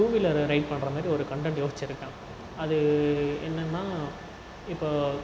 two வீல்லரை ride பண்ணுற மாதிரி ஒரு கன்டென்ட் யோசிச்சிருக்கேன் அது என்னென்னா இப்போ